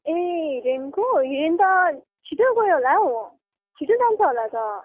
ए हिरणको हिरण त छिटो गयो होला हो छिटो जान्छ होला त